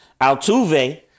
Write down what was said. Altuve